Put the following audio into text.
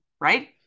right